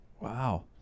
Wow